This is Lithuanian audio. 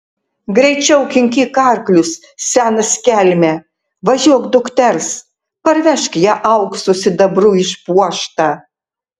greičiau kinkyk arklius senas kelme važiuok dukters parvežk ją auksu sidabru išpuoštą